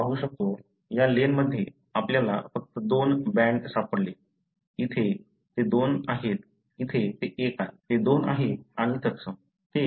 आपण पाहू शकतो या लेनमध्ये आपल्याला फक्त दोन बँड सापडले इथे ते दोन आहेत इथे ते एक आहे ते दोन आहे आणि तत्सम